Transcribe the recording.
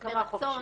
מרצון,